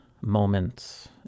moments